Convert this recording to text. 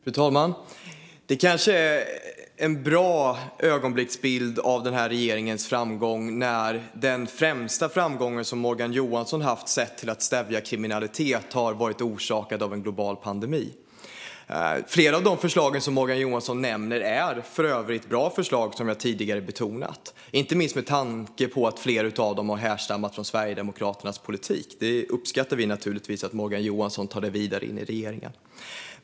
Fru talman! Det kanske är en bra ögonblicksbild av den här regeringens framgångar att den främsta framgång som Morgan Johansson haft sett till att stävja kriminalitet har varit orsakad av en global epidemi. Flera av de förslag som Morgan Johansson nämner är bra förslag, som jag tidigare betonat - inte minst med tanke på att flera av dem härstammar från Sverigedemokraternas politik. Vi uppskattar naturligtvis att Morgan Johansson tar den vidare in i regeringen.